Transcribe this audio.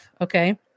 Okay